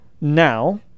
now